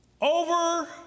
Over